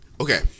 Okay